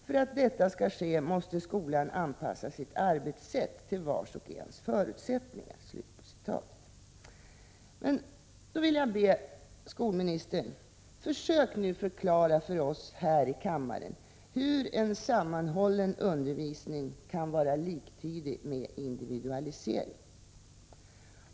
För att detta skall ske måste skolan anpassa sitt arbetssätt till vars och ens förutsättningar.” Jag vill be skolministern att försöka förklara för oss här i kammaren hur en sammanhållen undervisning kan vara liktydig med individualisering.